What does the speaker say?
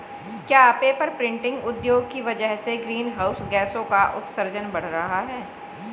क्या paper printing उद्योग की वजह से ग्रीन हाउस गैसों का उत्सर्जन बढ़ रहा है?